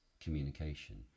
communication